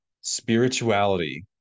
spirituality